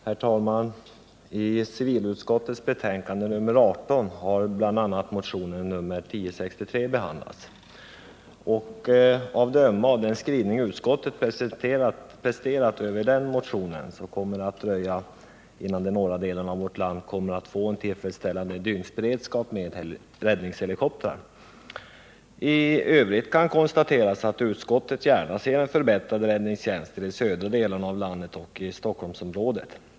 Herr talman! I civilutskottets betänkande nr 18 har bl.a. motionen nr 1063 behandlats, och att döma av den skrivning utskottet presterat över den motionen kommer det att dröja länge innan de norra delarna av vårt land kommer att få en tillfredsställande dygnsberedskap med räddningshelikoptrar. I övrigt kan konstateras att utskottet gärna ser en förbättrad räddningstjänst i de södra delarna av landet och Stockholmsområdet.